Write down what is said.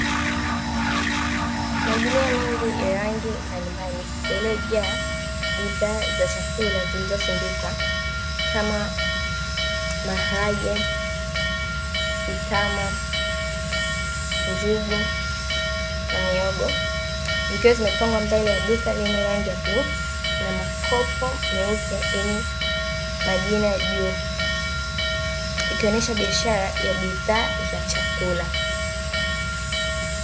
Magunia mengi ya rangi mbalimbali yaliyojaa bidhaa za chakula zilizosindikwa kama maharage, mtama, njugu na mihogo zikiwa zimepangwa mbele ya duka lenye rangi ya bluu na makopo meupe yenye majina juu, ikionyesha biashara ya bidhaa za chakula.